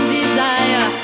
desire